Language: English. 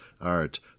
art